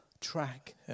track